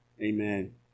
Amen